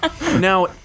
Now